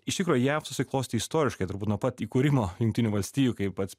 iš tikro jav susiklostė istoriškai turbūt nuo pat įkūrimo jungtinių valstijų kai pats